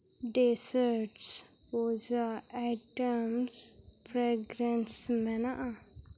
desserts puja items fragrance ᱢᱮᱱᱟᱜᱼᱟ